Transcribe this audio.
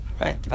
right